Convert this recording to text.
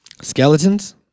Skeletons